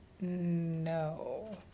no